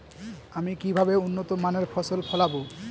আমি কিভাবে উন্নত মানের ফসল ফলাবো?